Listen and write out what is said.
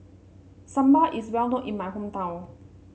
Sambar is well known in my hometown